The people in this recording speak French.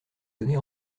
donné